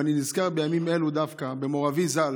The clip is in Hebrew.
ואני נזכר בימים אלו דווקא במור אבי ז"ל,